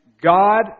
God